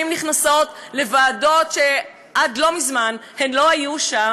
נכנסות לוועדות שעד לא מזמן הן לא היו בהן,